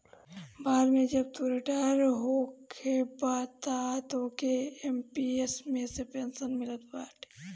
बाद में जब तू रिटायर होखबअ तअ तोहके एम.पी.एस मे से पेंशन मिलत बाटे